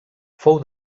fou